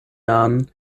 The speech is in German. jahren